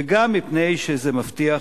וגם מפני שזה מבטיח